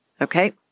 Okay